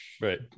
right